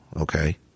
okay